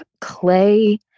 Clay